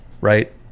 right